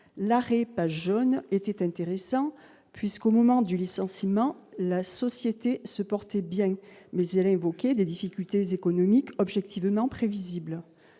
l'arrêt PagesJaunes était intéressant puisqu'au moment du licenciement, la société se portait bien, mais elle a évoqué des difficultés économiques objectivement prévisibles,